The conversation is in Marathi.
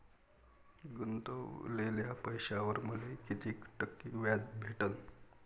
गुतवलेल्या पैशावर मले कितीक टक्के व्याज भेटन?